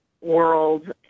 world